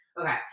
Okay